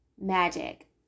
magic